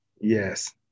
Yes